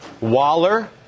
Waller